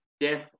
death